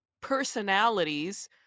personalities